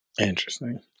Interesting